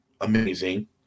amazing